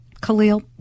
khalil